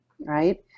right